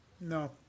No